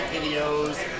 videos